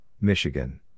Michigan